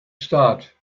start